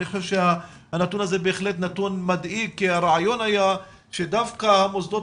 אני חושב שהנתון בהחלט נתון מדאיג כי הרעיון היה שדווקא המוסדות